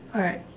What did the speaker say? alright